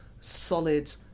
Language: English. solid